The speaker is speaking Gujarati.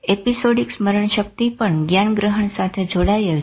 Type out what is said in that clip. એપીસોડીક સ્મરણ શક્તિ પણ જ્ઞાનગ્રહણ સાથે જોડાયેલ છે